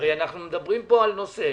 הרי אנחנו מדברים על נושא